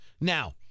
Now